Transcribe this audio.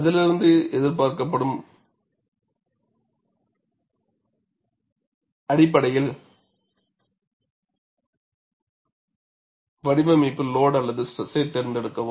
அதிலிருந்து எதிர்பார்க்கப்படும் கால அவகாசம் அல்லது பொருளின் டாலெரான்ஸ் வரம்பின் அடிப்படையில் வடிவமைப்பு லோடு அல்லது ஸ்ட்ரெஸை தேர்ந்தெடுக்கவும்